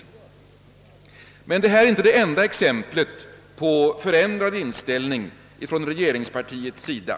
Detta är emellertid inte det enda exemplet på förändrad inställning från regeringspartiets sida.